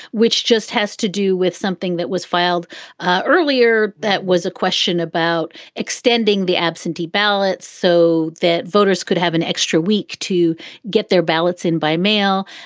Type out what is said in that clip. which just has to do with something that was filed ah earlier. that was a question about extending the absentee ballot so that voters could have an extra week to get their ballots in by mail.